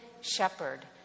shepherd